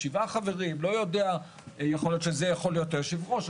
יכול להיות שצריך להגדיל את הוועדות לשבעה חברים,